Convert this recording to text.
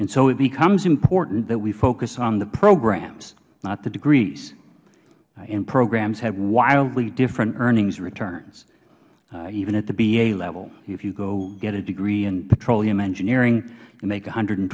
so it becomes important that we focus on the programs not the degrees and programs have wildly different earnings returns even at the ba level if you go get a degree in petroleum engineering make one hundred and